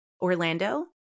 Orlando